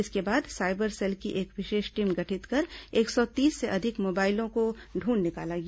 इसके बाद cyber cell की एक विशेष टीम गठित कर एक सौ तीस से अधिक मोबाइलों को ढूंढ निकाला गया